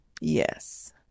yes